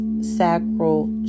sacral